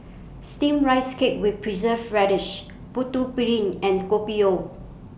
Steamed Rice Cake with Preserved Radish Putu Piring and Kopi O